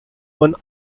one